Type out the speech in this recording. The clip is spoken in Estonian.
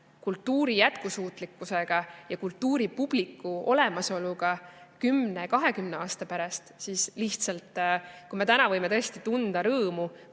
kultuuri jätkusuutlikkusega ja kultuuripubliku olemasoluga 10–20 aasta pärast – kui me täna võime tõesti tunda rõõmu,